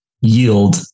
yield